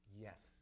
Yes